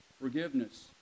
forgiveness